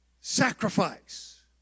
sacrifice